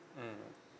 mmhmm